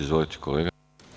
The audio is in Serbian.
Izvolite kolega.